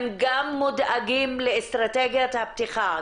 הם גם מודאגים לאסטרטגיית הפתיחה,